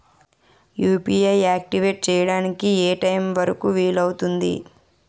UPI activate చెయ్యడానికి ఏ time వరుకు వీలు అవుతుంది?